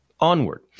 Onward